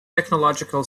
technological